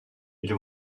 ils